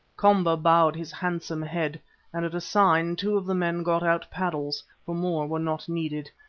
komba bowed his handsome head and at a sign two of the men got out paddles, for more were not needed,